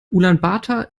ulaanbaatar